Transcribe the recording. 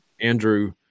Andrew